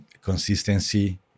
consistency